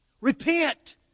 Repent